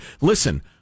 Listen